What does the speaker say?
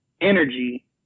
energy